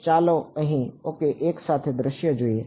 તો ચાલો આ ઓકે સાથે એક દૃશ્ય જોઈએ